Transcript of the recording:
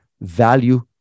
value